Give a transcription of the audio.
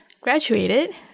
graduated